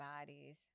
bodies